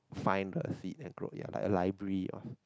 find a seed and grow it like a library of